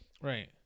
right